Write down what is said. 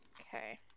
Okay